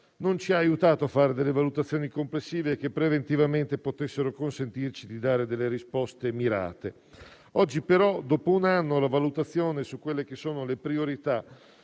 non ci ha aiutato a fare delle valutazioni complessive, che preventivamente potessero consentirci di dare delle risposte mirate. Oggi però, dopo un anno, le valutazioni sulle priorità